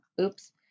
Oops